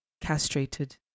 castrated